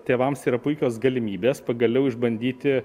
tėvams yra puikios galimybės pagaliau išbandyti